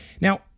Now